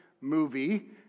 movie